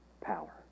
Power